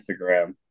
Instagram